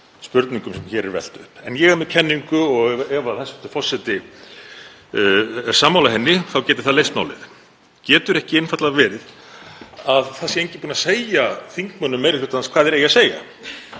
spurningum sem hér er velt upp. En ég er með kenningu og ef hæstv. forseti er sammála henni þá gæti það leyst málið: Getur ekki einfaldlega verið að það sé enginn búinn að segja þingmönnum meiri hlutans hvað þeir eigi að segja?